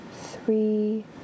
three